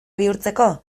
bihurtzeko